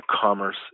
commerce